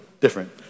different